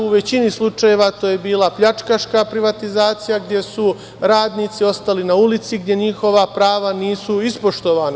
U većini slučajeva to je bila pljačkaška privatizacija gde su radnici ostali na ulici, gde njihova prava nisu ispoštovana.